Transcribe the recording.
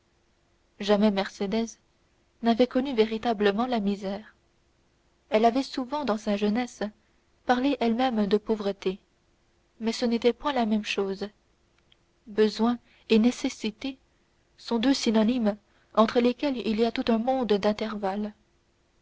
jamais mercédès n'avait connu véritablement la misère elle avait souvent dans sa jeunesse parlé elle-même de pauvreté mais ce n'est point la même chose besoin et nécessité sont deux synonymes entre lesquels il y a tout un monde d'intervalle